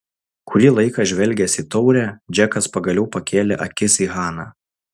kurį laiką žvelgęs į taurę džekas pagaliau pakėlė akis į haną